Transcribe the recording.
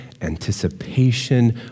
anticipation